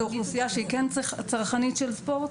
כן אוכלוסייה שהיא צרכנית של ספורט.